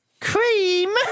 cream